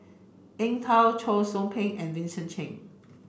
Eng Tow Cheong Soo Pieng and Vincent Cheng